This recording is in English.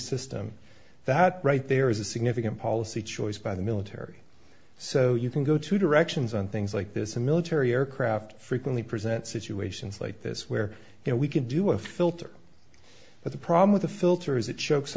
system that right there is a significant policy choice by the military so you can go to directions on things like this a military aircraft frequently present situations like this where you know we can do a filter but the problem with the filter is it chokes